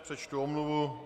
Přečtu omluvu.